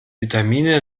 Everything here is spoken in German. vitamine